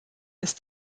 ist